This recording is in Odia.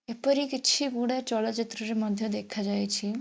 ଏପରି କିଛି ଗୁଡ଼େ ଚଳଚ୍ଚିତ୍ରରେ ମଧ୍ୟ ଦେଖାଯାଇଛି